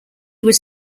was